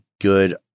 good